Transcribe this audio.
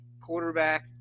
quarterback